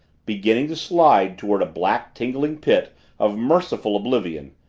beginning to slide toward a black, tingling pit of merciful oblivion,